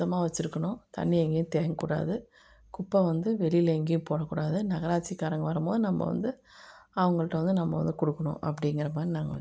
சுத்தமாக வெச்சுருக்கணும் தண்ணி எங்கையும் தேங்க கூடாது குப்பை வந்து வெளியில் எங்கையும் போட கூடாது நகராட்சிகாரங்கள் வரும்போது நம்ப வந்து அவங்கள்கிட்ட வந்து நம்ப வந்து கொடுக்குணும் அப்படிங்கிற மாதிரி நாங்கள்